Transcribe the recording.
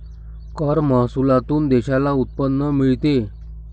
कर महसुलातून देशाला उत्पन्न मिळते